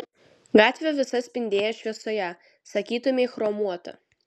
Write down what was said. gatvė visa spindėjo šviesoje sakytumei chromuota